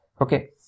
Okay